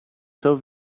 seu